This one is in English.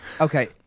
Okay